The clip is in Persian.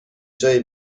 جایی